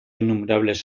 innumerables